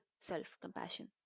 self-compassion